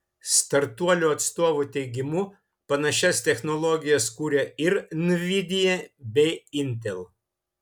startuolio atstovų teigimu panašias technologijas kuria ir nvidia bei intel